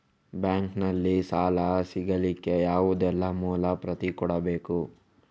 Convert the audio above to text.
Bank ನಲ್ಲಿ ಸಾಲ ಸಿಗಲಿಕ್ಕೆ ಯಾವುದೆಲ್ಲ ಮೂಲ ಪ್ರತಿ ಕೊಡಬೇಕು?